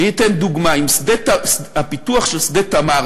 אני אתן דוגמה: הפיתוח של שדה "תמר",